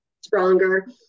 stronger